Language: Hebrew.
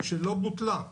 שלא בוטלה.